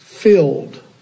Filled